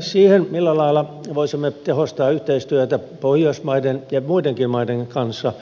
sen eteen millä lailla voisimme tehostaa yhteistyötä pohjoismaiden ja muidenkin maiden kanssa